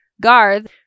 Garth